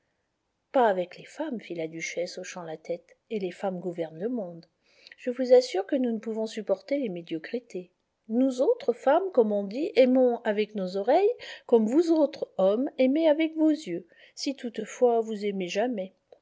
pas avec les femmes fit la duchesse hochant la tête et les femmes gouvernent le monde je vous assure que nous ne pouvons supporter les médiocrités nous autres femmes comme on dit aimons avec nos oreilles comme vous autres hommes aimez avec vos yeux si toutefois vous aimez jamais